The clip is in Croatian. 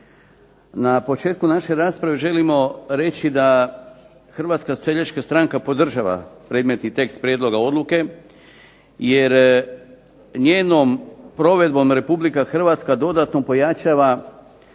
Na početku naše rasprave želimo reći da HSS podržava predmetni tekst prijedloga odluke jer njenom provedbom RH dodatno pojačava